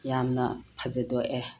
ꯌꯥꯝꯅ ꯐꯖꯥꯊꯣꯛꯑꯦ